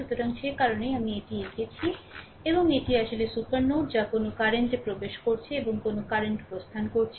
সুতরাং সে কারণেই আমি এটি এঁকেছি এবং এটি আসলে সুপার নোড যা কোন কারেন্ট প্রবেশ করছে এবং কোন কারেন্ট প্রস্থান করছে